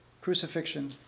crucifixion